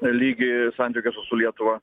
lygį santykiuose su lietuva